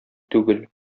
түгел